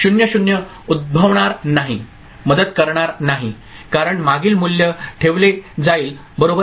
0 0 उद्भवणार नाही मदत करणार नाही कारण मागील मूल्य ठेवले जाईल बरोबर